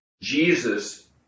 Jesus